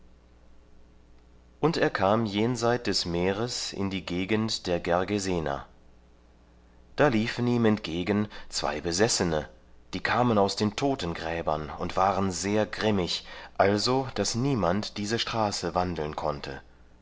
und er kam jenseit des meeres in die gegend der gergesener da liefen ihm entgegen zwei besessene die kamen aus den totengräbern und waren sehr grimmig also daß niemand diese straße wandeln konnte